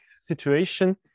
situation